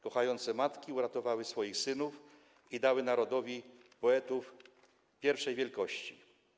Kochające matki uratowały swoich synów i dały narodowi poetów pierwszej wielkości.